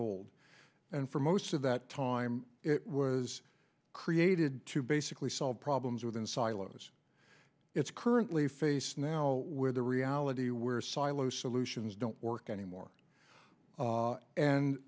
old and for most of that time it was created to basically solve problems within silos it's currently face now where the reality where silo solutions don't work anymore